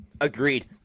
Agreed